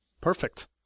Perfect